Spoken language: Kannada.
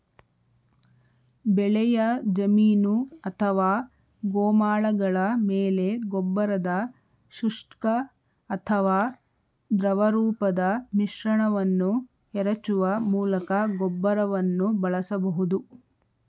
ಬೆಳೆಯ ಜಮೀನು ಅಥವಾ ಗೋಮಾಳಗಳ ಮೇಲೆ ಗೊಬ್ಬರದ ಶುಷ್ಕ ಅಥವಾ ದ್ರವರೂಪದ ಮಿಶ್ರಣವನ್ನು ಎರಚುವ ಮೂಲಕ ಗೊಬ್ಬರವನ್ನು ಬಳಸಬಹುದು